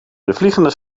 vliegende